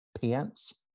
pants